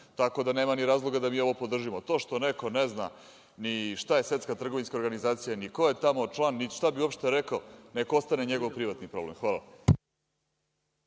tako da nema ni razloga da mi ovo podržimo. To što neko ne zna ni šta je Svetska trgovinska organizacija, ni ko je tamo član, ni šta bi uopšte rekao, neka ostane njegov privatni problem. Hvala,